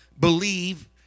believe